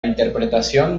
interpretación